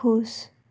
खुश